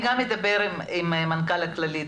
אני אדבר עם מנכ"ל הכללית,